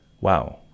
Wow